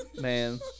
man